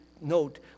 note